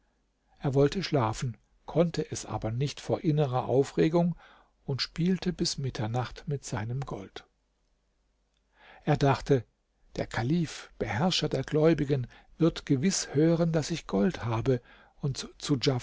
er wollte schlafen konnte es aber nicht vor innerer aufregung und spielte bis mitternacht mit seinem gold er dachte der kalif beherrscher der gläubigen wird gewiß hören daß ich gold habe und zu